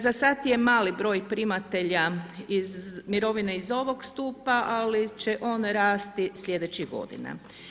Za sada je mali broj primatelja mirovine iz ovog stupa, ali će on rasti slijedećih godina.